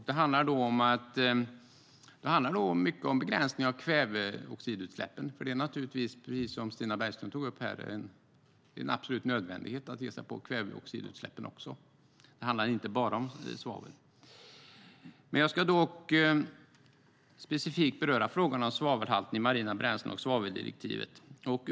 Det handlar då mycket om begränsning av kväveoxidutsläppen, för det är naturligtvis, precis som Stina Bergström tog upp här, en absolut nödvändighet att ge sig på kväveoxidutsläppen också. Det handlar inte bara om svavel. Jag ska dock specifikt beröra frågan om svavelhalten i marina bränslen och svaveldirektivet.